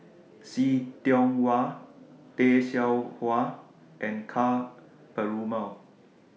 See Tiong Wah Tay Seow Huah and Ka Perumal